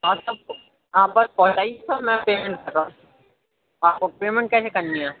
آپ بس پہنچ جائیے میں پیمنٹ کر رہا ہوں آپ کو پیمنٹ کیسے کرنی ہے